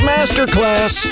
Masterclass